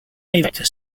vector